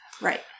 Right